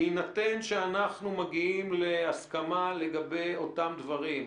בהינתן שאנחנו מגיעים להסכמה לגבי אותם דברים,